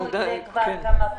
העלינו את זה כבר כמה פעמים,